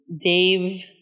Dave